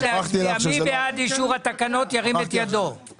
מי בעד אישור התקנות, מי נגד, מי נמנע?